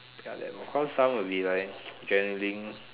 ya that of course some would be like genuine